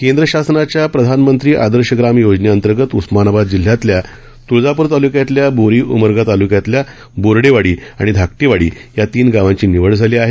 केद्र शासनाच्या प्रधानमंत्री आदर्श ग्राम योजनेअंतर्गत उस्मानाबाद जिल्हयातील तुळजाप्र तालुक्यातील बोरीउमरगा तालुक्यातील बोर्डेवाडी भूसणी आणि धाकटीवाडी या तीन गावांची निवड झाली आहे